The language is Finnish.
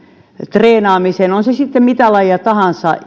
treenaamiseen on se sitten mitä lajia tahansa